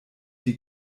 die